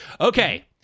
okay